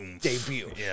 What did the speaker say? debut